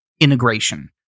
integration